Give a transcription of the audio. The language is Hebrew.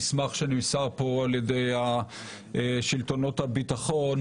במסמך שנמסר פה על ידי שלטונות הביטחון,